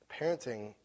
Parenting